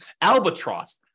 Albatross